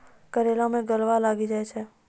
करेला मैं गलवा लागे छ?